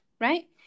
right